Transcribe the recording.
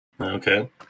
Okay